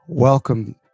Welcome